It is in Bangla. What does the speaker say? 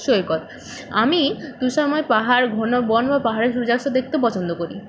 সৈকত আমি তুষারময় পাহাড় ঘন বন বা পাহাড়ে সূর্যাস্ত দেখতে পছন্দ করি